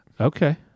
Okay